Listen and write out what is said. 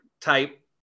type